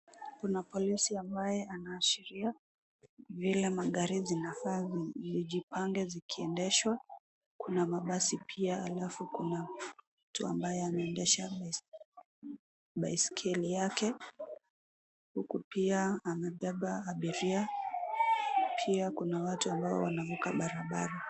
Kuna polisi ambaye anaashiria vile magari zinafaa zijipange zikiendeshwa, kuna mabasi pia alafu kuna mtu ambaye anaendesha baiskeli yake. Huku pia anabeba abiria. Pia kuna watu ambao wanavuka barabara.